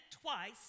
twice